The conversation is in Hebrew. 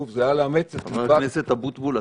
זה היה לאמץ --- חבר הכנסת אבוטבול,